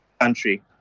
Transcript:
country